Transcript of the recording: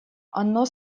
оно